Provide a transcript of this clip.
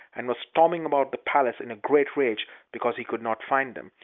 and was storming about the palace in a great rage because he could not find them.